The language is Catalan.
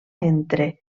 entre